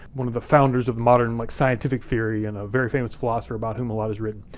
one of the founders of modern like scientific theory and a very famous philosopher about whom a lot is written.